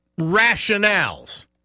rationales